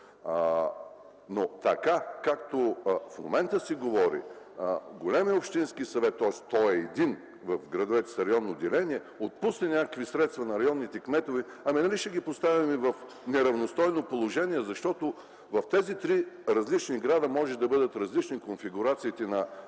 Така, както в момента се говори – големият общински съвет, той е един в градовете с районно деление, отпусне някакви средства на районните кметове – ами, нали ще ги постави в неравностойно положение, защото в тези три различни града могат да бъдат различни конфигурациите на